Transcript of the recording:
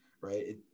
right